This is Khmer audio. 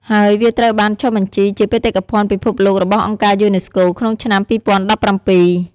ហើយវាត្រូវបានចុះបញ្ជីជាបេតិកភណ្ឌពិភពលោករបស់អង្គការយូណេស្កូក្នុងឆ្នាំ ២០១៧។